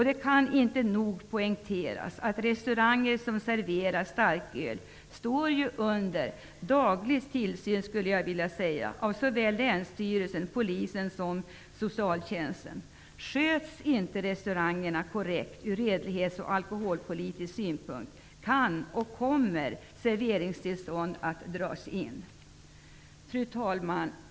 Det kan inte nog poängteras att restauranger som serverar starköl står under -- låt mig säga så -- daglig tillsyn från såväl länsstyrelse och polis som socialtjänst. Sköts inte en restaurang korrekt ur redlighets och alkoholpolitisk synpunkt, kan och kommer dess serveringstillstånd att dras in. Fru talman!